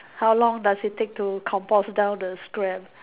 how long does it take to compost down the scrap